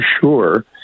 sure